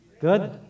Good